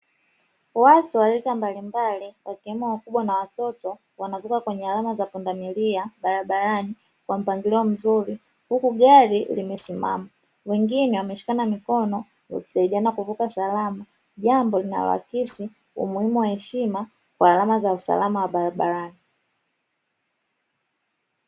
Watu wa rika mbalimbali wakiwemo wakubwa na watoto wanavuka kwenye alama za pundamilia barabarani kwa mpangilio mzuri, huku gari limesimama wengine wameshikana mikono wakisaidiana kuvuka salama jambo linaloakisi umuhimu wa heshima wa alama za usalama wa barabarani.